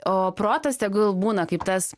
o protas tegul būna kaip tas